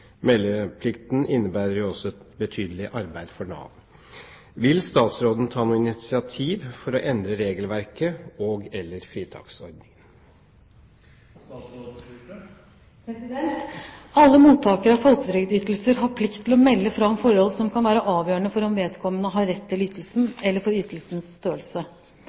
Meldeplikten innebærer også et betydelig arbeid for Nav. Vil statsråden ta noe initiativ for å endre regelverket og/eller fritaksordningen?» Alle mottakere av folketrygdytelser har plikt til å melde fra om forhold som kan være avgjørende for om vedkommende har rett til ytelsen, eller for ytelsens størrelse.